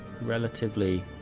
relatively